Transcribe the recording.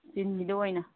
ꯏꯁꯇꯤꯜꯒꯤꯗ ꯑꯣꯏꯅ